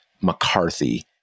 McCarthy